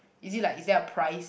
is it like is that a price